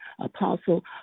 Apostle